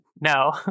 no